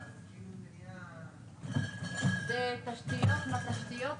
לא, רק אל תגיד חצי מהדברים שאמרתי.